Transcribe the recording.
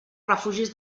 refugis